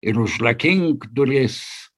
ir užrakink duris